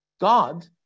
God